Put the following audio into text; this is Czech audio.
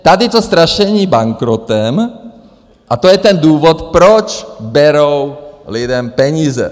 Tady to strašení bankrotem a to je ten důvod, proč berou lidem peníze.